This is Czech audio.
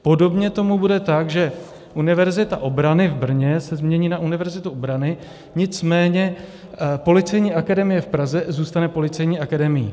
Podobně tomu bude tak, že Univerzita obrany v Brně se změní na Univerzitu obrany, nicméně Policejní akademie v Praze zůstane Policejní akademií.